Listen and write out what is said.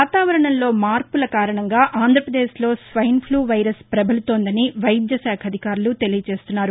వాతావరణంలో మార్పులకారణంగా ఆంధ్రప్రదేశ్లో స్వైన్ ఫ్లా వైరస్ ప్రబలుతోందని వైద్య అధికారులు తెలియచేస్తున్నారు